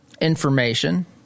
information